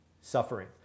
suffering